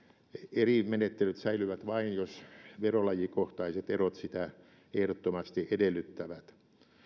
eri menettelyt säilyvät vain jos verolajikohtaiset erot sitä ehdottomasti edellyttävät